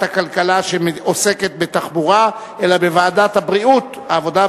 הכלכלה שעוסקת בתחבורה אלא בוועדת העבודה,